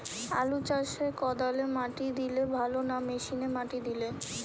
আলু চাষে কদালে মাটি দিলে ভালো না মেশিনে মাটি দিলে?